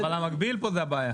אבל המקביל פה זה הבעיה.